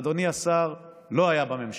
אדוני השר, לא היה בממשלה,